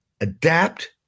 adapt